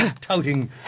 touting